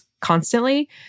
constantly